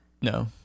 No